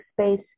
space